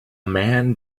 man